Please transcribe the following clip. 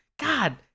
God